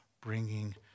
bringing